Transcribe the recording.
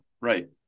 right